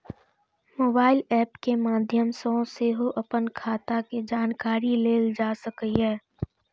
mobile app के माध्य सं सेहो अपन खाता के जानकारी लेल जा सकैए